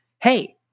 hey